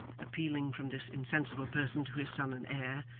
appealing from this insensible person to his son and heir,